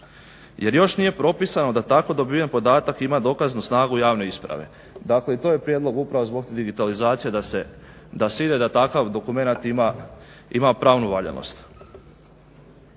jer još nije propisano da tako dobiven podatak ima dokaznu snagu javne isprave. Dakle, i to je prijedlog upravo zbog te digitalizacije da se ide da takav dokumenat ima pravnu valjanost.